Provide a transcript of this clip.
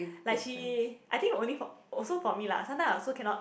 like she I think only for also for me lah sometimes I also cannot